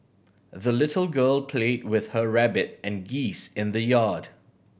the little girl played with her rabbit and geese in the yard